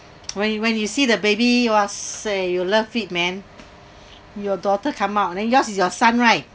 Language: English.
when you when you see the baby !wahseh! you love it man your daughter come out and then yours is your son right